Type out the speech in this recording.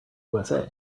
usa